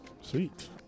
Sweet